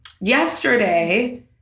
yesterday